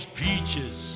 peaches